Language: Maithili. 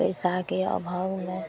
पइसाके अभावमे